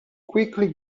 quickly